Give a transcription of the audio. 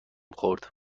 خورد